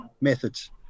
methods